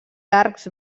arcs